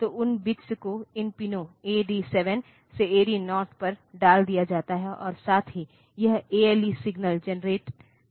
तो उन बिट्स को इन पिनों AD7 से AD0 पर डाल दिया जाता है और साथ ही यह ALE सिग्नल जेनरेट होता है